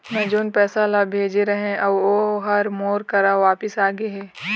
मै जोन पैसा ला भेजे रहें, ऊ हर मोर करा वापिस आ गे हे